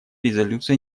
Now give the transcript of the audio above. резолюция